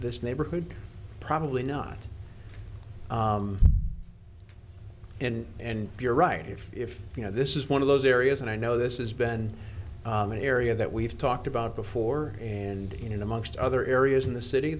this neighborhood probably not and and you're right if you know this is one of those areas and i know this has been an area that we've talked about before and in amongst other areas in the city